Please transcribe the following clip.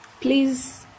please